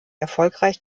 erfolgreich